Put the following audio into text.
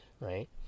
right